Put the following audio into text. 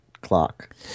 clock